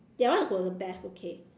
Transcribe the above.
that one was the best okay